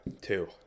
Two